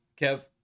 Kev